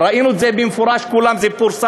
10, ראינו את זה במפורש, כולם, זה פורסם.